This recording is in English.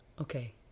Okay